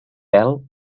pèl